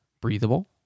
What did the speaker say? breathable